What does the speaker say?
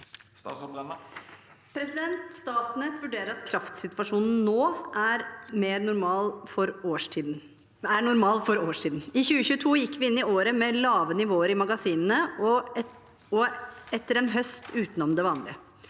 Statnett vurderer at kraftsituasjonen nå er normal for årstiden. I 2022 gikk vi inn i året med lave nivåer i magasinene etter en høst utenom det vanlige.